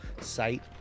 site